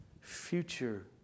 future